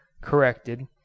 corrected